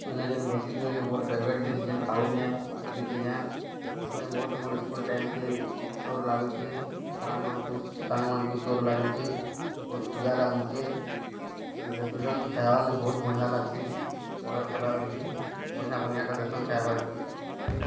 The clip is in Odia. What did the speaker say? ଏଇନା ଯେନ୍ ବସିକରି ମୋର ଫେବରେଟ୍ ଜିନିଷ ଯେନ୍ ଖାଉଛେଁ ଚିଲ୍ଲୀ ଚିକେନ୍ ମୋତେ ବହୁତ୍ ମୋର ସ୍କୁଲ୍ ଟାଇମ୍କେ ସ୍ୱର ଲାଗୁଛି ସାଙ୍ଗମାନଙ୍କୁ ସାଙ୍ଗମାନଙ୍କୁ ସ୍ୱର ଲାଗୁଛି ବହୁତ ଖୁଜା ଲାଗୁଛି ଏଇ ରେଷ୍ଟୁରାଣ୍ଟ୍ଟି ଖାଇବାର୍ ଲାଗି ବହୁତ ବଢ଼ିଆଁ ଲାଗସିଁ ଅର୍ଡ଼ର୍ କଲାବେଲିକି ବଢ଼ିଆ ବଢ଼ିଆଟା ଦେସନ୍ ଖାଇବାର୍ କି